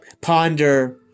ponder